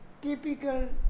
typical